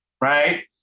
Right